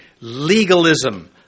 legalism